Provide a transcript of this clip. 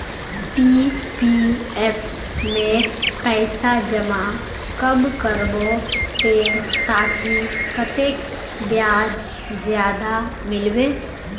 PPF में पैसा जमा कब करबो ते ताकि कतेक ब्याज ज्यादा मिलबे?